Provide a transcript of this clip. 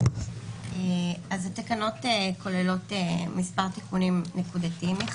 התקנות כוללות מספר תיקונים נקודתיים יחסית.